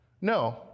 No